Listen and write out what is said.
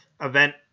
event